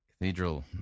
cathedral